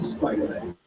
Spider-Man